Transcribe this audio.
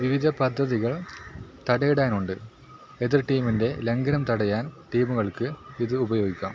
വിവിധ പദ്ധതികള് തടയിടാനുണ്ട് എതിർ ടീമിൻ്റെ ലംഘനം തടയാൻ ടീമുകൾക്ക് ഇത് ഉപയോഗിക്കാം